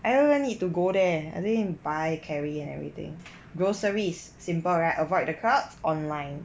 I don't even need to go there and buy carry and everything groceries is simple right avoid the crowds online